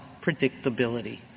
predictability